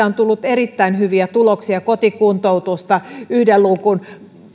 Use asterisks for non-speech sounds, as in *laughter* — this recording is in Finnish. *unintelligible* on tullut erittäin hyviä tuloksia kotikuntoutusta yhden luukun